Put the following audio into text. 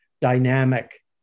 dynamic